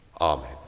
Amen